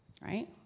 right